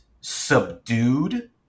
subdued